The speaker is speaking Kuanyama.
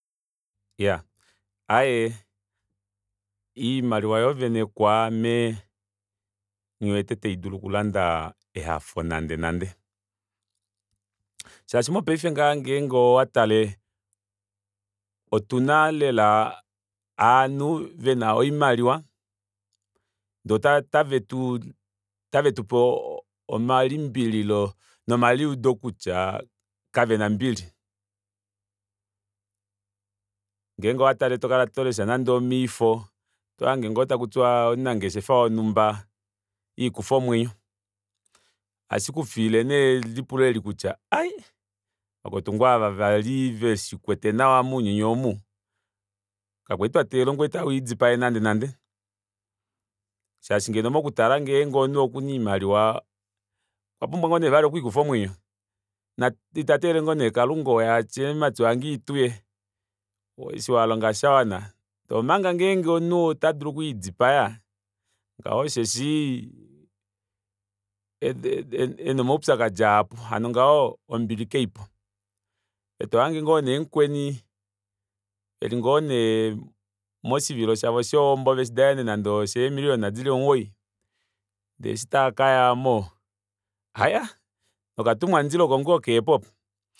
Iyaa aaye iimaliwa yoo vene kwaame nghiwete taidulu okulanda ehafo nande nande shashi mopaife ngaha ngenge owatale otuna lela ovanhu vena oimaliwa ndee otavetu otavetupe omalimbililo nomaliudo kutya kavena ombili ngenge owatale tokala tolesha nande omoifo otohange ngoo takutiwa omunangeshefa wonhumba elikufa omwenyo ohashikufiile nee elipulo eli kutya ai vakwetu ngaa ava vali veshikwete nawa mounyuni omu kakwali twateelela omukwaita ou elidipaye nande nande shashi ngeno mokutala ngenge omunhu okuna oimaliwa okwapumbwa ngoo nee vali okulikufa omwenyo ita teelele ngoo nee kalunga oye atye mumati wange ituye eshi walonga oshawana ndee omanga ngenge omunhu otadulu okulidipaya ngaho osheshi ena omaupyakadi mahapu hano ngaho ombili kaipo ndee tohange ngoo nee mukweni elingo nee moshivilo shavo shohombo veshidanene nande oshee million dili omugoyi ndee eshi taakaya aamo aye oo nokatumwa mundilo oko ngoo kehepo opo